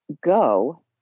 go